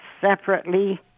separately